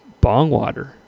Bongwater